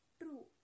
true।